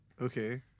Okay